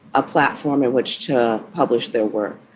a platform in which to publish their work.